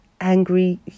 angry